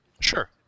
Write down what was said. Sure